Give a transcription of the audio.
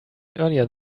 earlier